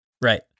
Right